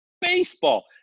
baseball